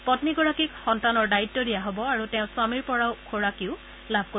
পমীগৰাকীক সন্তানৰ দায়িত্ব দিয়া হ'ব আৰু তেওঁ স্বামীৰ পৰা খোৰাকিও লাভ কৰিব